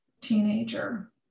teenager